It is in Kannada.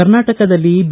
ಕರ್ನಾಟಕದಲ್ಲಿ ಬಿ